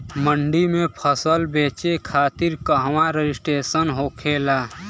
मंडी में फसल बेचे खातिर कहवा रजिस्ट्रेशन होखेला?